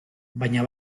baina